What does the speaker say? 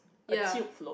ya